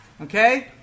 Okay